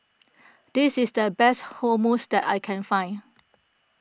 this is the best Hummus that I can find